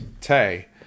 tay